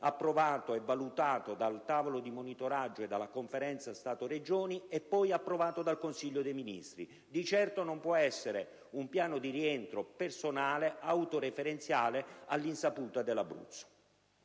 approvato dal tavolo di monitoraggio e dalla Conferenza Stato-Regioni, e poi approvato dal Consiglio dei ministri. Di certo non può essere un piano di rientro personale, autoreferenziale, all'insaputa dell'Abruzzo.